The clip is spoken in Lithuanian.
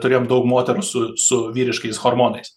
turėjom daug moterų su su vyriškais hormonais